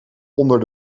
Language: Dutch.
onder